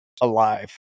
alive